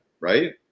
right